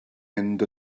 mynd